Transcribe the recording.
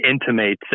intimates